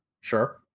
Sure